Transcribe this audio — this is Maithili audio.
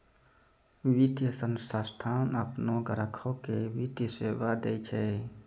वित्तीय संस्थान आपनो ग्राहक के वित्तीय सेवा दैय छै